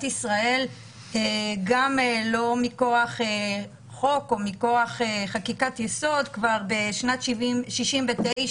ישראל לא רק מכוח חקיקת יסוד כבר משנת 1969